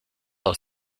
aus